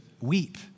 weep